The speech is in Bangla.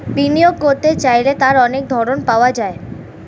বিনিয়োগ করতে চাইলে তার অনেক ধরন পাওয়া যায়